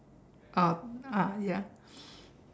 um ah ya